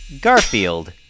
Garfield